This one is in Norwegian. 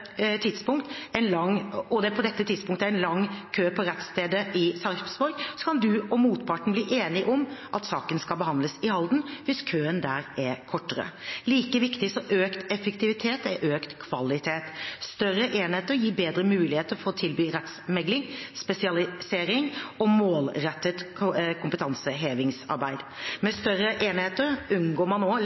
tidspunktet er lang kø på rettsstedet i Sarpsborg, kan du og motparten bli enige om at saken skal behandles i Halden, hvis køen der er kortere. Like viktig som økt effektivitet er økt kvalitet: Større enheter gir bedre mulighet for å tilby rettsmekling, spesialisering og målrettet kompetansehevingsarbeid. Med større enheter unngår man også lettere inhabilitet eller inhabilitetslignende situasjoner, og